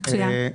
מצוין.